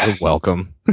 welcome